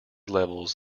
levels